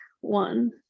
one